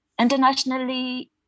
Internationally